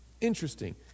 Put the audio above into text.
Interesting